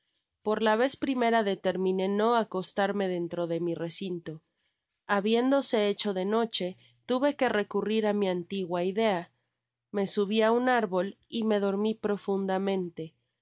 por la vez primera determiné no acostarme dentro de mi recinto habiéndose hecho de noche tuve que recurrir á mi antigua idea me subi á un árbol y me dormí profundamente